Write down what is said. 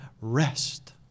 rest